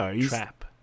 trap